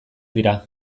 dira